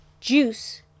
Juice